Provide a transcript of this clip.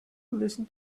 listen